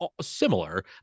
similar